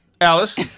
Alice